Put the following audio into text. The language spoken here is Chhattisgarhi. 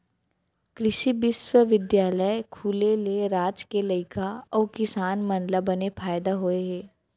कृसि बिस्वबिद्यालय खुले ले राज के लइका अउ किसान मन ल बने फायदा होय हे